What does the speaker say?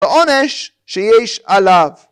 ועונש שיש עליו